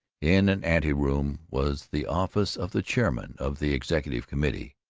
in an anteroom was the office of the chairman of the executive committee.